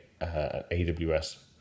AWS